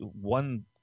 one